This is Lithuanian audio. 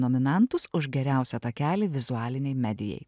nominantus už geriausią takelį vizualinei medijai